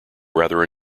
rather